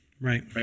Right